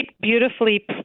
beautifully